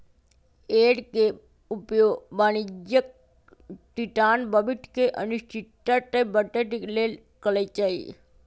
hedge के उपयोग वाणिज्यिक किसान भविष्य के अनिश्चितता से बचे के लेल करइ छै